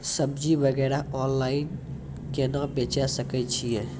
सब्जी वगैरह ऑनलाइन केना बेचे सकय छियै?